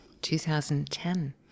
2010